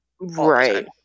right